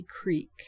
Creek